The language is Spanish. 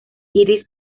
iris